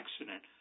accident